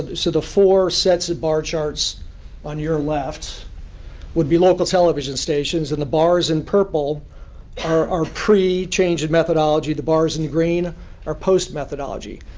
and so the four sets of bar charts on your left would be local television stations. and the bars in purple are are pre-change in methodology. the bars in green are post-methodology.